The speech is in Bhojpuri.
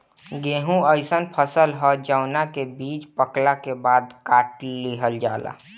गेंहू अइसन फसल ह जवना के बीज पकला के बाद काट लिहल जाला